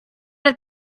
had